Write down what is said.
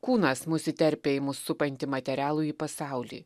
kūnas mus įterpia į mus supantį materialųjį pasaulį